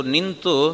Nintu